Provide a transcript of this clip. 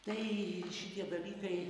tai šitie dalykai